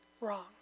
wrong